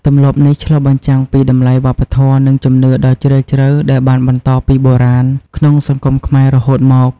ទម្លាប់នេះឆ្លុះបញ្ចាំងពីតម្លៃវប្បធម៌ និងជំនឿដ៏ជ្រាលជ្រៅដែលបានបន្តពីបុរាណក្នុងសង្គមខ្មែររហូតមក។